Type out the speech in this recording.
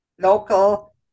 local